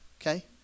okay